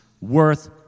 worth